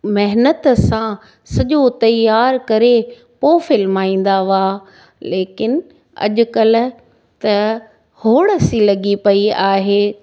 महिनतु सां सॼो तयारु करे पोइ फिल्माईंदा हुआ लेकिन अॼुकल्ह त होण सी लॻी पई आहे